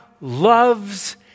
loves